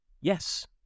Yes